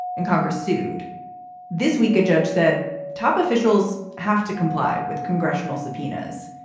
and congress sued this week. a judge said top officials have to comply with congressional subpoenas.